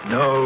no